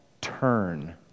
turn